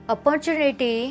Opportunity